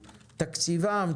תקציבם,